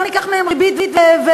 לא ניקח מהם ריבית והצמדה?